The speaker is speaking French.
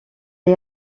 est